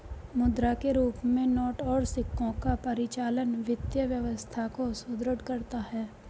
मुद्रा के रूप में नोट और सिक्कों का परिचालन वित्तीय व्यवस्था को सुदृढ़ करता है